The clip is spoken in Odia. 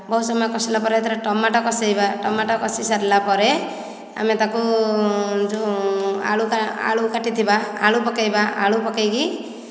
ବହୁତ ସମୟ କଷିଲା ପରେ ସେଥିରେ ଟମାଟୋ କସେଇବା ଟମାଟୋ କଷି ସରିଲାପରେ ଆମେ ତାକୁ ଯେଉଁ ଆଳୁ କାଟିଥିବା ଆଳୁ ପକେଇବା ଆଳୁ ପକେଇକି